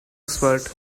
expert